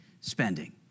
spending